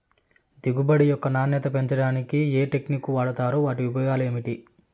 దిగుబడి యొక్క నాణ్యత పెంచడానికి ఏ టెక్నిక్స్ వాడుతారు వాటి ఉపయోగాలు ఏమిటి?